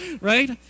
right